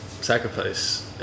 sacrifice